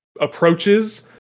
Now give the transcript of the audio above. approaches